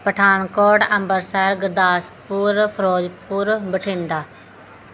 Pathankot Ambarsar Gurdaspur Firozpur Bathinda